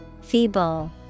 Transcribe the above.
Feeble